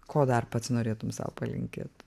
ko dar pats norėtum sau palinkėt